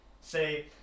say